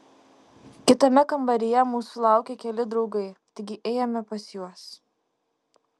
kitame kambaryje mūsų laukė keli draugai taigi ėjome pas juos